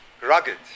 rugged